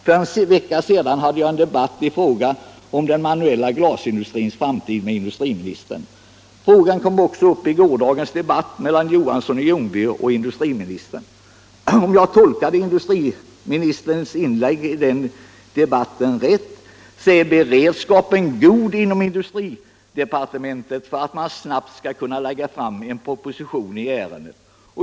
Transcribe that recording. För en vecka sedan debatterade jag den manuella glasindustrins framtid med industriministern. Frågan kom också upp i gårdagens debatt mellan herr Johansson i Ljungby och industriministern. Om jag tolkade industriministerns inlägg i den senare debatten rätt är beredskapen god inom industridepartementet för att man snabbt skall kunna lägga fram en proposition i ärendet.